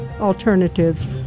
Alternatives